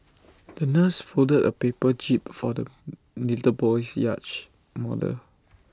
the nurse folded A paper jib for the little boy's yacht model